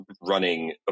running